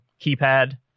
keypad